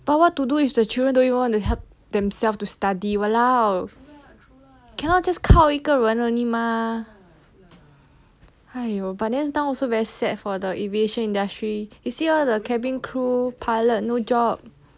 but what to do if the children don't even want to help themselves to study !walao! cannot just 靠一个人 ren only mah !haiyo! but then now also very sad for the aviation industry you see all the cabin crew pilot no job